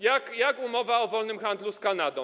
Jak umowa o wolnym handlu z Kanadą?